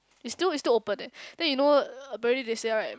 it's still it's still open eh then you know apparently they say right